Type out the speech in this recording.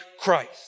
Christ